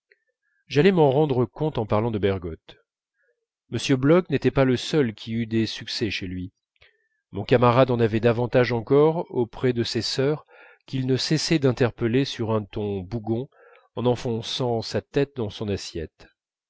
j'allais m'en rendre compte en parlant de bergotte m bloch n'était pas le seul qui eût des succès chez lui mon camarade en avait davantage encore auprès de ses sœurs qu'il ne cessait d'interpeller sur un ton bougon en enfonçant sa tête dans son assiette